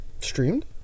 Streamed